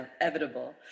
inevitable